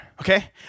okay